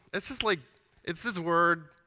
it's just like it's this word.